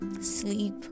sleep